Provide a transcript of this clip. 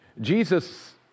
Jesus